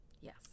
Yes